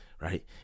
right